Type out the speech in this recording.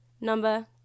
number